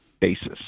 basis